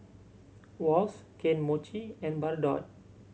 Wall's Kane Mochi and Bardot